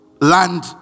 land